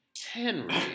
Henry